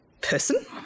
person